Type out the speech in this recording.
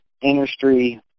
industry